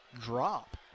drop